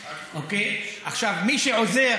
עכשיו, מי שעוזר